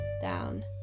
down